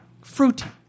fruity